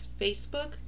Facebook